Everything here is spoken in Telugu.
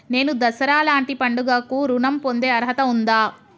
నేను దసరా లాంటి పండుగ కు ఋణం పొందే అర్హత ఉందా?